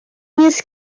نیست